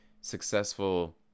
successful